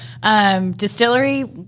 Distillery